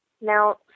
Now